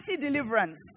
deliverance